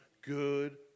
good